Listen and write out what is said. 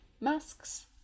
masks